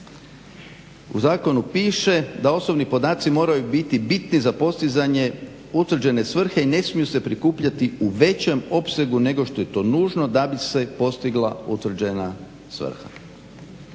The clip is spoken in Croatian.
u zakonu piše da osobni podaci moraju biti bitni za postizanje utvrđene svrhe i ne smiju se prikupljati u većem opsegu nego što je to nužno da bi se postigla utvrđena svrha.